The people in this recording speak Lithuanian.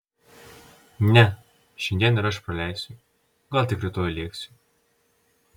ne šiandien ir aš praleisiu gal tik rytoj lėksiu